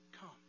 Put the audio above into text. come